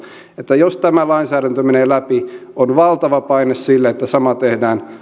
että jos tämä lainsäädäntö menee läpi on valtava paine sille että sama tehdään